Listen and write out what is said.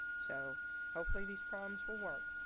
so hopefully these problems will work,